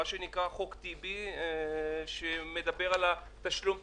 מה שנקרא חוק טיבי, שמדבר על תשלום פיצויים.